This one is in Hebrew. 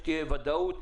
שתהיה ודאות,